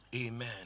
amen